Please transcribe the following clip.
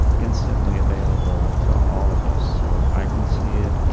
instantly available to all of us. so i can see it,